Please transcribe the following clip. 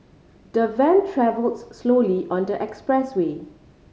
the van travel slowly on the expressway